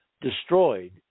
destroyed